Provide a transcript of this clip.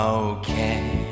okay